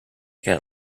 cat